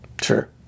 sure